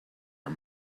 are